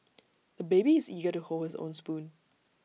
the baby is eager to hold his own spoon